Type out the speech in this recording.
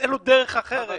אין לו דרך אחרת.